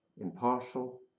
impartial